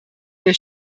der